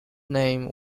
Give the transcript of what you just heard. name